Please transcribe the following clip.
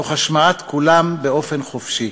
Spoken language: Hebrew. תוך השמעת קולם באופן חופשי.